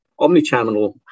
Omnichannel